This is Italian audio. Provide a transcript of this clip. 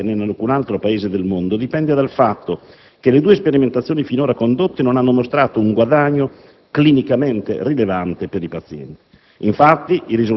né in Italia né in alcun altro Paese del mondo, dipende dal fatto che le due sperimentazioni finora condotte non hanno mostrato un guadagno clinicamente rilevante per i pazienti.